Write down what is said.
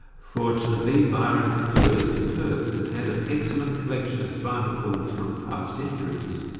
fortunately byron kakulus in perth has had an excellent collection of spinal cords from past injuries,